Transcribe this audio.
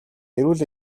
эрүүл